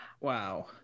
Wow